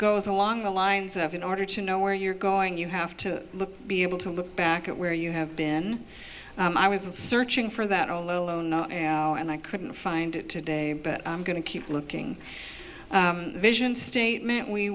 goes along the lines of in order to know where you're going you have to be able to look back at where you have been i was searching for that alone and i couldn't find it today but i'm going to keep looking vision statement we